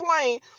plane